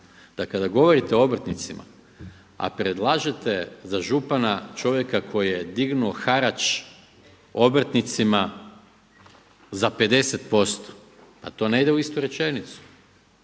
da kada govorite o obrtnicima, a predlažete za župana čovjeka koji je dignuo harač obrtnicima za 50% pa to ne ide u istu rečenicu,